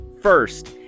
First